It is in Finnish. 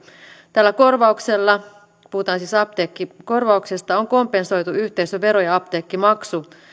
tällä korvauksella puhutaan siis apteekkikorvauksesta on kompensoitu yhteisövero ja apteekkimaksu